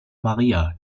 maria